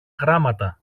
γράμματα